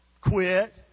quit